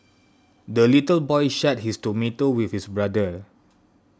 the little boy shared his tomato with his brother